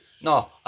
No